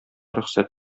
рөхсәт